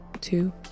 two